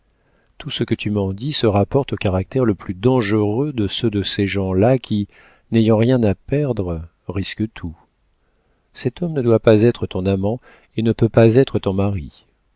tout ce que tu m'en dis se rapporte au caractère le plus dangereux de ceux de ces gens-là qui n'ayant rien à perdre risquent tout cet homme ne doit pas être ton amant et ne peut pas être ton mari